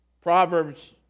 Proverbs